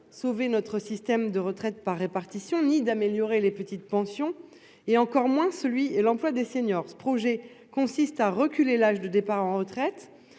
sauver notre système de retraite par répartition, ni d'améliorer les petites pensions et encore moins celui l'emploi des seniors. Ce projet consiste à reculer l'âge de départ en retraite